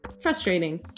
frustrating